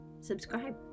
subscribe